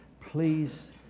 Please